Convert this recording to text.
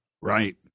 Right